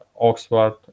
Oxford